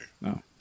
No